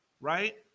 right